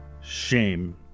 shame